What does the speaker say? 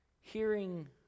hearing